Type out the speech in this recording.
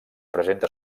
presenta